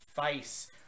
face